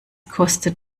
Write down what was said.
kostet